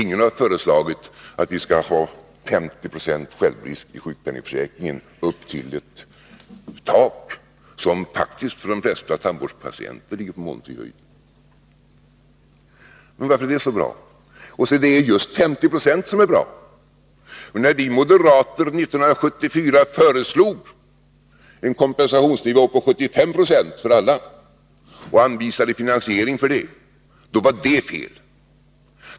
Ingen har föreslagit att vi skall ha 50 90 självrisk i sjukpenningförsäkringen upp till ett tak, som faktiskt för de flesta tandvårdspatienter ligger på molnfri höjd. Varför är det så bra? Det är just 50 96 som är bra. När vi moderater 1974 föreslog en kompensationsnivå på 75 Yo för alla och anvisade finansiering för det, var det fel.